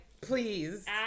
please